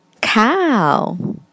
cow